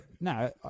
No